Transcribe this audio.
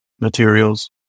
materials